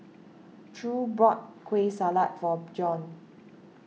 True bought Kueh Salat for Bjorn